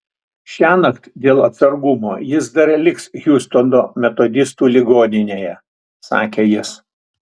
šiąnakt dėl atsargumo jis dar liks hjustono metodistų ligoninėje sakė jis